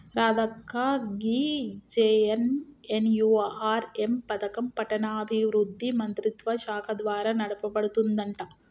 రాధక్క గీ జె.ఎన్.ఎన్.యు.ఆర్.ఎం పథకం పట్టణాభివృద్ధి మంత్రిత్వ శాఖ ద్వారా నడపబడుతుందంట